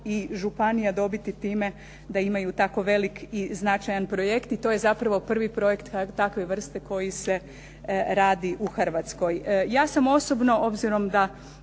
i županija dobiti time da imaju tako velik i značajan projekt i to je zapravo prvi projekt takve vrste koji se radi u Hrvatskoj.